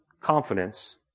confidence